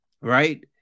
right